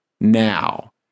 now